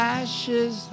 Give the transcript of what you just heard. ashes